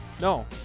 No